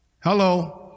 Hello